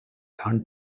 hunt